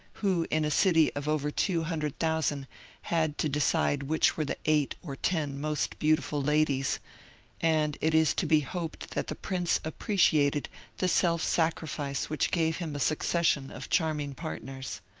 who in a city of over two hundred thousand had to decide which were the eight or ten most beautiful ladies and it is to be hoped that the prince appreciated the self-sacrifice which gave him a succession of charming partners.